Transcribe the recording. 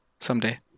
someday